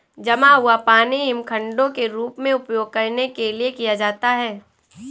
जमा हुआ पानी हिमखंडों के रूप में उपयोग करने के लिए किया जाता है